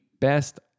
best